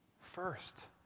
First